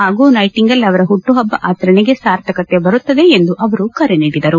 ಆಗ ನೈಟಿಂಗೇಲ್ ಅವರ ಹುಟ್ಟುಹಬ್ಬ ಆಚರಣೆಗೆ ಸಾರ್ಥಕತೆ ಬರುತ್ತದೆ ಎಂದು ಕರೆ ನೀಡಿದರು